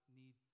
need